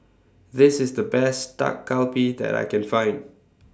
This IS The Best Dak Galbi that I Can Find